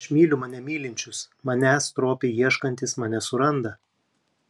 aš myliu mane mylinčius manęs stropiai ieškantys mane suranda